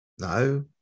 No